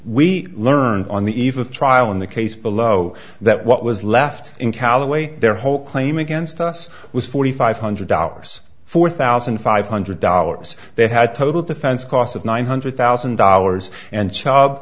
we learned on the eve of trial in the case below that what was left in callaway their whole claim against us was forty five hundred dollars four thousand five hundred dollars they had total defense costs of nine hundred thousand dollars and ch